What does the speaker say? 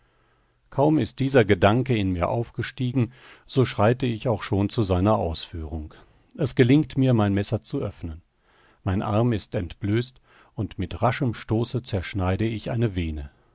kaum ist dieser gedanke in mir aufgestiegen so schreite ich auch schon zu seiner ausführung es gelingt mir mein messer zu öffnen mein arm ist entblößt und mit raschem stoße zerschneide ich eine vene